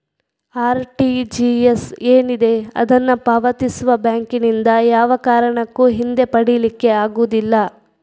RTGS ಏನಿದೆ ಅದನ್ನ ಪಾವತಿಸುವ ಬ್ಯಾಂಕಿನಿಂದ ಯಾವ ಕಾರಣಕ್ಕೂ ಹಿಂದೆ ಪಡೀಲಿಕ್ಕೆ ಆಗುದಿಲ್ಲ